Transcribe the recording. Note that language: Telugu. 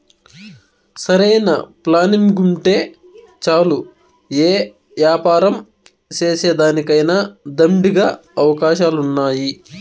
సరైన ప్లానింగుంటే చాలు యే యాపారం సేసేదానికైనా దండిగా అవకాశాలున్నాయి